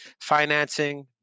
financing